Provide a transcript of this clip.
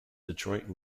detroit